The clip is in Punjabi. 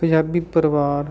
ਪੰਜਾਬੀ ਪਰਿਵਾਰ